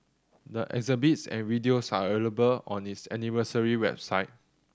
the exhibits and videos are available on its anniversary website